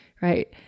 right